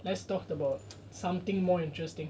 let's talk about something more interesting